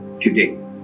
today